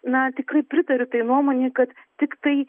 na tikrai pritariu tai nuomonei kad tiktai